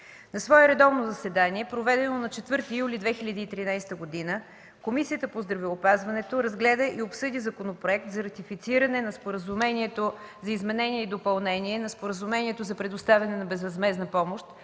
На свое заседание, проведено на 3 юли 2013 г., Комисията по правни въпроси обсъди Законопроект за ратифициране на Споразумението за изменение и допълнение на Споразумението за предоставяне на безвъзмездна помощ